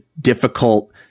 difficult